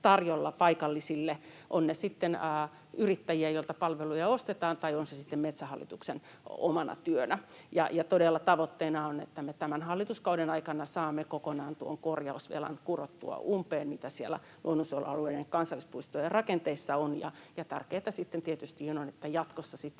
tarjolla paikallisille — ovat ne sitten yrittäjiä, joilta palveluja ostetaan, tai on se sitten Metsähallituksen omana työnä. Todella tavoitteena on, että me tämän hallituskauden aikana saamme kokonaan kurottua umpeen tuon korjausvelan, mitä siellä luonnonsuojelualueiden ja kansallispuistojen rakenteissa on. Ja tärkeätä sitten tietysti on, että jatkossa sitä